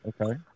okay